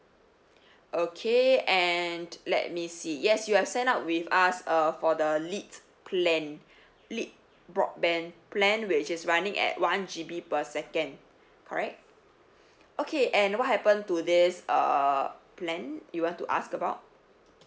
okay and let me see yes you are signed up with us uh for the lite plan lite broadband plan which is running at one G_B per second correct okay and what happen to this uh plan you want to ask about